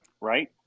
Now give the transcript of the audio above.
right